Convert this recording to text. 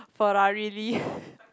Ferrari Lee